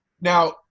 Now